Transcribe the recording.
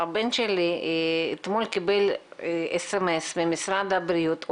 הבן שלי אתמול קיבל SMS ממשרד הבריאות.